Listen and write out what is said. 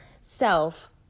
self